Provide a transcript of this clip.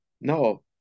no